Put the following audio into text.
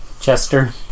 Chester